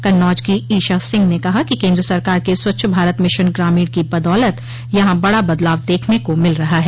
कन्नौज की ईशा सिंह ने कहा कि केन्द्र सरकार के स्वच्छ भारत मिशन ग्रामीण की बदौलत यहां बड़ा बदलाव देखने को मिल रहा है